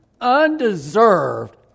undeserved